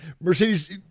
Mercedes